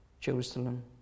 Jerusalem